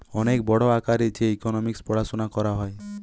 অনেক বড় আকারে যে ইকোনোমিক্স পড়াশুনা করা হয়